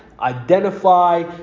identify